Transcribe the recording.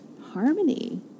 harmony